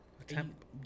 attempt